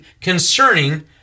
concerning